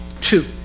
two